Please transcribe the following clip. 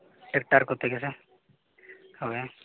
tractor ᱠᱚᱛᱮ ᱜᱮᱥᱮ ᱦᱳᱭ